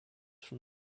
from